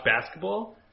basketball